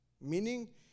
meaning